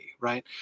right